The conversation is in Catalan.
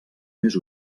més